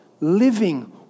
living